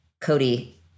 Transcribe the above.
Cody